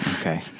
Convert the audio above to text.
okay